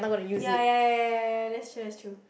ya ya ya ya ya ya that's true that's true